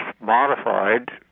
modified